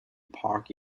park